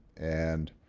and